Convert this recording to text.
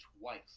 twice